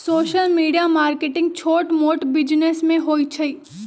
social media marketing छोट मोट business में होई छई